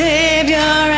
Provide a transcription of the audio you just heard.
Savior